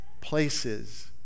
places